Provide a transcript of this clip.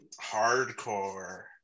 hardcore